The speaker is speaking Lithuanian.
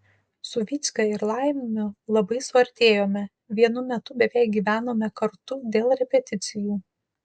su vycka ir laimiu labai suartėjome vienu metu beveik gyvenome kartu dėl repeticijų